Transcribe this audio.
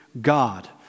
God